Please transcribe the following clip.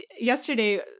yesterday